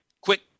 quick